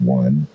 one